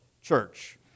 church